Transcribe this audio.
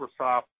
Microsoft